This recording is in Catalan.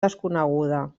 desconeguda